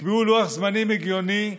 תקבעו לוח זמנים הגיוני,